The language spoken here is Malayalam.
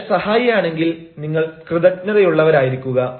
അയാൾ സഹായി ആണെങ്കിൽ നിങ്ങൾ കൃതജ്ഞതയുള്ളവർ ആയിരിക്കുക